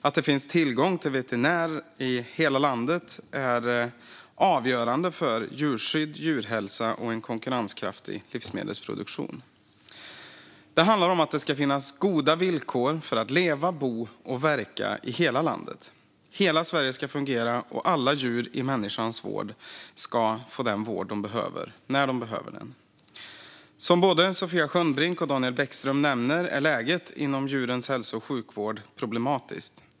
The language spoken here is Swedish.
Att det finns tillgång till veterinär i hela landet är avgörande för djurskydd, djurhälsa och en konkurrenskraftig livsmedelsproduktion. Det handlar om att det ska finnas goda villkor för att leva, bo och verka i hela landet. Hela Sverige ska fungera, och alla djur i människans vård ska få den vård de behöver när de behöver den. Som både Sofia Skönnbrink och Daniel Bäckström nämner är läget inom djurens hälso och sjukvård problematiskt.